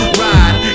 ride